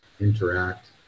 interact